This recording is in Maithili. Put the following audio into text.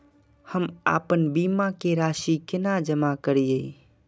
हम आपन बीमा के राशि केना जमा करिए?